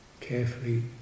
carefully